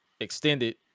extended